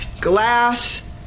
glass